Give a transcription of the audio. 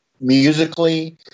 musically